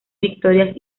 victorias